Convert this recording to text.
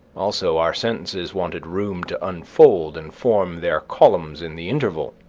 also, our sentences wanted room to unfold and form their columns in the interval.